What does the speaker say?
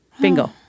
Bingo